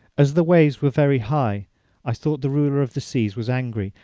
as the waves were very high i thought the ruler of the seas was angry,